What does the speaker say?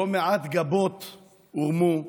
לא מעט גבות הורמו,